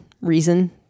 reason